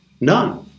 None